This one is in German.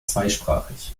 zweisprachig